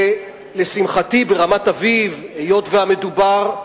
ולשמחתי ברמת-אביב, היות שמדובר,